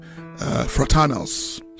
fraternals